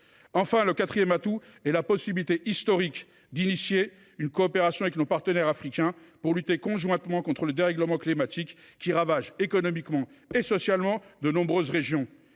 Enfin, le quatrième atout est la possibilité historique d’engager une coopération avec nos partenaires africains pour lutter conjointement contre le dérèglement climatique qui ravage économiquement et socialement de nombreuses régions.